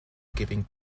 giving